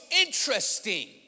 interesting